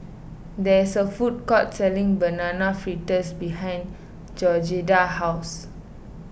there is a food court selling Banana Fritters behind Georgetta's house